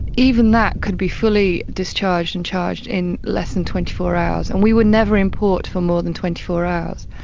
even that could be fully discharged and charged in less than twenty four hours. and we were never in port for more than twenty four hours.